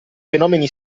fenomeni